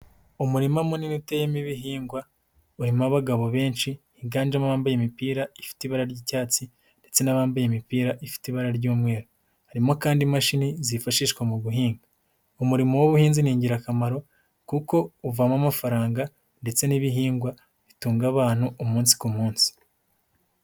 Umurima munini uteyemo ibihingwa, urimo abagabo benshi hinganjemoa bambaye imipira ifite ibara ry'icyatsi ndetse n'abambaye imipira ifite ibara ry'umweru, harimo kandi imashini zifashishwa mu guhinga, umurimo w'ubuhinzi ni ingirakamaro, kuko uvamo amafaranga ndetse n'ibihingwa bitunga abantu umunsi ku munsi.